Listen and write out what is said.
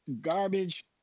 garbage –